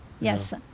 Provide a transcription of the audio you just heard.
yes